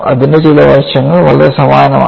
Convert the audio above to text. അതിന്റെ ചില വശങ്ങൾ വളരെ സമാനമാണ്